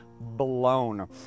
blown